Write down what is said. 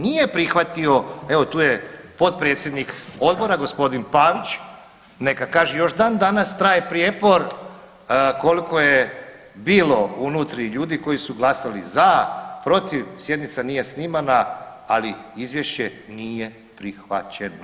Nije prihvatio, evo tu je potpredsjednik Odbora, gospodin Pavić, neka kaže, još dan danas traje prijepor koliko je bilo unutri ljudi koji su glasali za, protiv, sjednica nije snimana, ali Izvješće nije prihvaćeno.